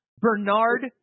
Bernard